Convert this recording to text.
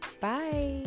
Bye